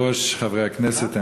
חברי הכנסת,